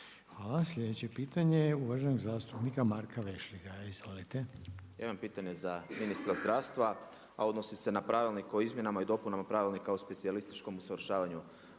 Hvala. Sljedeće pitanje je uvaženog zastupnika Marka Vešligaja. Izvolite. **Vešligaj, Marko (SDP)** Evo pitanje za ministra zdravstva a odnosi sa na Pravilnik o izmjenama i dopunama Pravilnika o specijalističkom usavršavanju